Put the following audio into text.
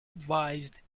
advised